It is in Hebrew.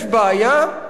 יש בעיה,